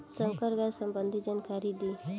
संकर गाय संबंधी जानकारी दी?